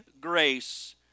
grace